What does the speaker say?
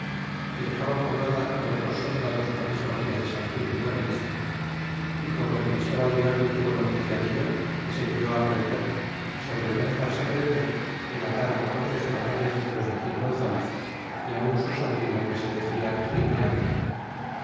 y dexaba poblada con otros soldados la misma villa de san gil de buena vista y como el christóval de oli tuvo noticia dello les envió prender y sobre no dexarse prender le mataron ocho españoles de los de gil gonzalez yá un su sobrino que se decia gil de avila